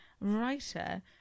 writer